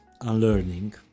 unlearning